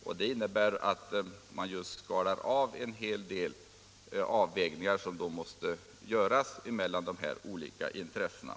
Detta innebär att man räknar med att en hel del avvägningar måste göras när det gäller de olika intressena.